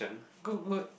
good good